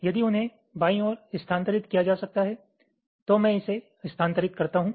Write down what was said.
यदि उन्हें बाईं ओर स्थानांतरित किया जा सकता है तो मैं इसे स्थानांतरित करता हूं